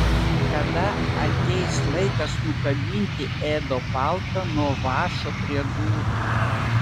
kada ateis laikas nukabinti edo paltą nuo vąšo prie durų